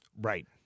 Right